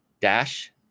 dash